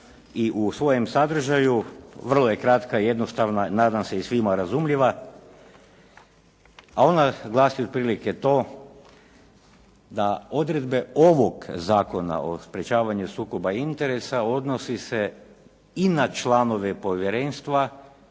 i u svojem sadržaju vrlo je kratka i jednostavna i nadam se svima razumljiva a ona glasi otprilike to da odredbe ovog Zakona o sprječavanju sukoba interesa odnosi se i na članove povjerenstva